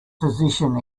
physician